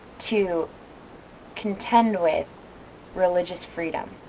to contend with religious freedom